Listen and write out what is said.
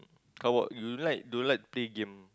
how about you you like don't like play game